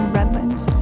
Redlands